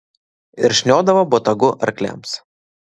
ir šniodavo botagu arkliams